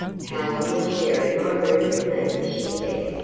helen was sharing my room with me, she said.